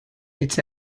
its